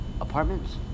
apartments